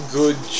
good